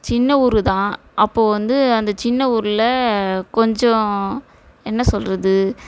சின்ன ஊர் தான் அப்போ வந்து அந்த சின்ன ஊரில் கொஞ்சம் என்ன சொல்லுறது